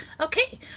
Okay